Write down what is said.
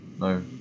No